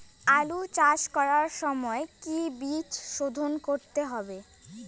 আলু চাষ করার সময় কি বীজ শোধন করতে হবে?